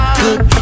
good